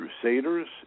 crusaders